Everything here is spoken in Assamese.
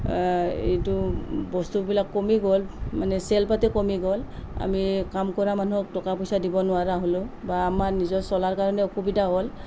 এইটো বস্তুবিলাক কমি গ'ল মানে চেল পাতি কমি গ'ল আমি কাম কৰা মানুহক টকা পইচা দিব নোৱাৰা হ'লোঁ বা আমাৰ নিজৰ চলাৰ কাৰণে অসুবিধা হ'ল